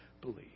believe